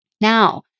Now